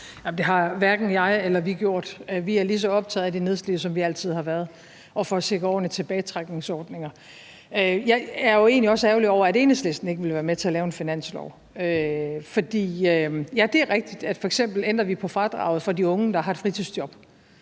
det har hverken jeg eller vi gjort. Vi er lige så optaget af de nedslidte, som vi altid har været, og af at sikre ordentlige tilbagetrækningsordninger. Jeg er jo egentlig også ærgerlig over, at Enhedslisten ikke ville være med til at lave en finanslov. Ja, det er rigtigt. F.eks. ændrer vi på fradraget for de unge, der har et fritidsjob,